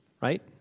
right